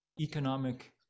economic